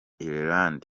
ireland